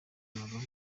guhindura